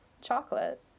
chocolate